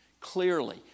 Clearly